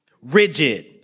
rigid